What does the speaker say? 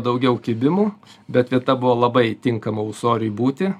daugiau kibimų bet vieta buvo labai tinkama ūsoriui būti